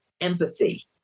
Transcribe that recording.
empathy